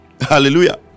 Hallelujah